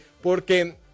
porque